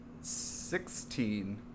Sixteen